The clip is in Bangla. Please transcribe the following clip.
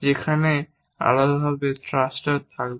যেখানে আলাদাভাবে থ্রাস্টার থাকবে